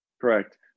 Correct